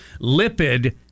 lipid